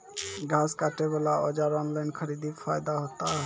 घास काटे बला औजार ऑनलाइन खरीदी फायदा होता?